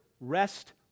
rest